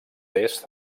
est